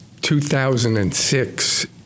2006